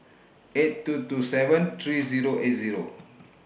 eight two two seven three Zero eight Zero